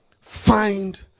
Find